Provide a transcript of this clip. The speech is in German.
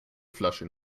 flasche